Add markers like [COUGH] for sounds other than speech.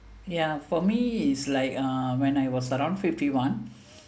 ya for me is like uh when I was around fifty one [BREATH]